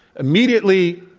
immediately,